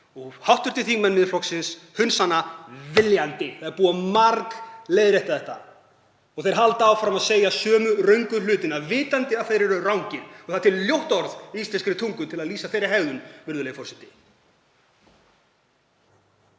Hv. þingmenn Miðflokksins hunsa hana viljandi. Það er margbúið að leiðrétta þetta. Þeir halda áfram að segja sömu röngu hlutina vitandi að þeir eru rangir og það er til ljótt orð í íslenskri tungu til að lýsa þeirri hegðun, virðulegi forseti.